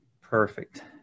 perfect